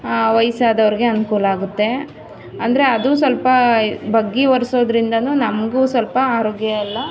ವಯ್ಸಾದವ್ರ್ಗೆ ಅನುಕೂಲ ಆಗುತ್ತೆ ಅಂದರೆ ಅದೂ ಸ್ವಲ್ಪ ಬಗ್ಗಿ ಒರೆಸೋದ್ರಿಂದಲೂ ನಮಗೂ ಸ್ವಲ್ಪ ಆರೋಗ್ಯ ಎಲ್ಲ